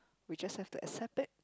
we just have to accept it